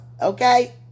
Okay